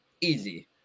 Easy